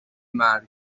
مرگ